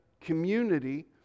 Community